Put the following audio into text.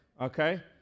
okay